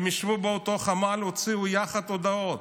הם ישבו באותו חמ"ל והוציאו יחד הודעות.